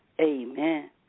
Amen